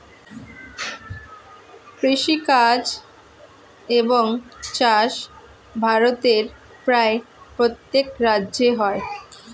কৃষিকাজ এবং চাষ ভারতের প্রায় প্রত্যেক রাজ্যে হয়